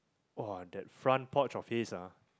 ah that front porch of his ah